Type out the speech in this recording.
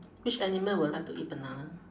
which animal will like to eat banana